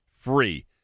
free